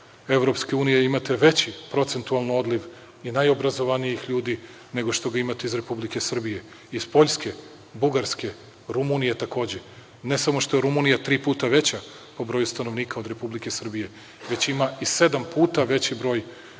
članica EU imate veći procentualno odliv i naj obrazovanijih ljudi nego što ga imate iz Republike Srbije. Iz Poljske, Bugarske, Rumunije, takođe, ne samo što je Rumunija tri puta veća po broju stanovnika od Republike Srbije, već ima i sedam puta veći broj